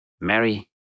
Mary